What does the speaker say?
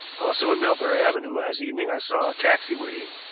also in melbury avenue last evening i saw a taxi waiting.